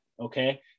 okay